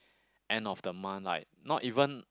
end of the month like not even